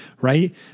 right